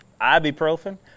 ibuprofen